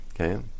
Okay